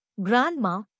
Grandma